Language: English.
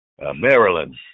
Maryland